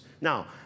Now